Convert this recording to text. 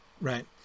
right